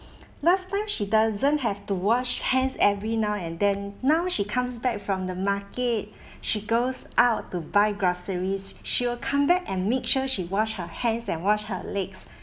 last time she doesn't have to wash hands every now and then now she comes back from the market she goes out to buy groceries she will come back and make sure she wash her hands and wash her legs